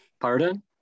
Pardon